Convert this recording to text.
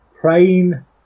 Praying